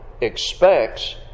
expects